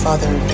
Father